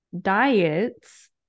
Diets